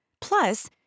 Plus